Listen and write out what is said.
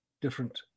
different